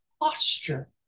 posture